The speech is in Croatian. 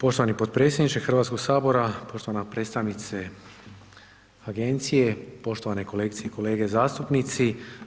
Poštovani potpredsjedniče Hrvatskog sabora, poštovana predstavnice Agencije, poštovani kolegice i kolege zastupnici.